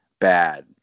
bad